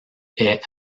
est